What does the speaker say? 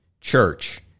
church